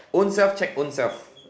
own self check own self